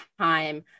time